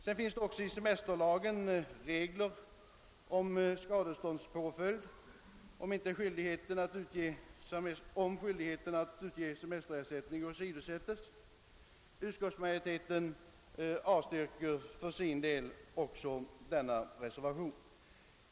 Sedan finns det också i semesterlagen regler om skadeståndspåföljd, om skyldigheten att utge semesterersättning åsidosätts. Utskottsmajoriteten avstyrker också denna reservation.